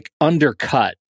undercut